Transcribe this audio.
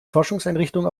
forschungseinrichtung